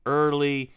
early